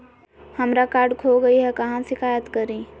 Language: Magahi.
हमरा कार्ड खो गई है, कहाँ शिकायत करी?